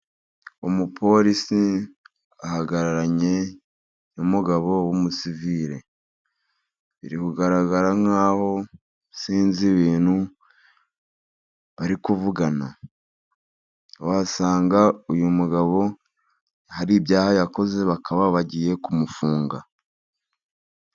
Umuporisi ahagararanye n'umugabo w'umusivire. Bigaragara nk'aho sinzi ibintu bari kuvugana. Wasanga uyu mugabo hari ibyaha yakoze, bakaba bagiye kumufunga.